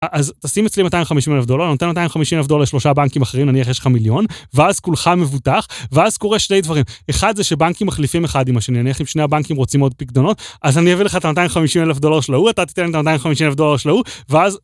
אז תשים אצלי 250 אלף דולר, אני נותן 250 אלף דולר לשלושה בנקים אחרים, נניח יש לך מיליון ואז כולך מבוטח ואז קורה שתי דברים, אחד זה שבנקים מחליפים אחד עם השני, נניח אם שני הבנקים רוצים עוד פקדונות, אז אני אביא לך את ה250 אלף דולר של ההוא, אתה תיתן לי את ה250 אלף דולר של ההוא, ואז...